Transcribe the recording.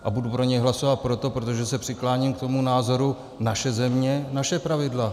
A budu pro něj hlasovat proto, že se přikláním k tomu názoru naše země, naše pravidla.